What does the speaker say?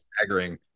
staggering